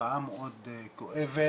תופעה מאוד כואבת.